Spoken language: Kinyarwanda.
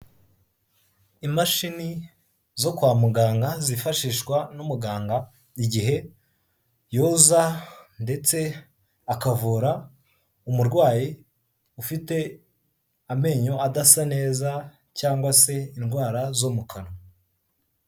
Imashini zo kwa muganga zifashishwa n'umuganga igihe yoza ndetse akavura umurwayi ufite amenyo adasa neza, cyangwa se indwara zo mu kanwa.